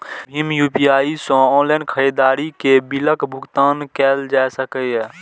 भीम UPI सं online खरीदारी के बिलक भुगतान कैल जा सकैए